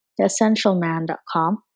theessentialman.com